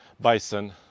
Bison